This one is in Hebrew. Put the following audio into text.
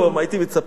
הייתי מצפה,